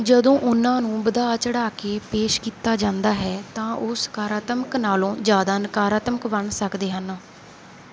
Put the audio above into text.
ਜਦੋਂ ਉਹਨਾਂ ਨੂੰ ਵਧਾ ਚੜ੍ਹਾ ਕੇ ਪੇਸ਼ ਕੀਤਾ ਜਾਂਦਾ ਹੈ ਤਾਂ ਉਹ ਸਕਾਰਾਤਮਕ ਨਾਲੋਂ ਜ਼ਿਆਦਾ ਨਕਾਰਾਤਮਕ ਬਣ ਸਕਦੇ ਹਨ